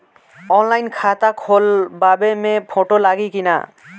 Online खाता खोलबाबे मे फोटो लागि कि ना?